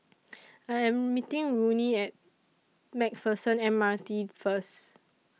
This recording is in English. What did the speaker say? I Am meeting Rodney At MacPherson M R T First